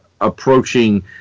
approaching